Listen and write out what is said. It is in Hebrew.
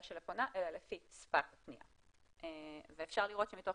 של הפונה אלא לפי שפת הפנייה ואפשר לראות שמתוך